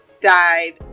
died